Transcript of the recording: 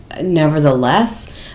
nevertheless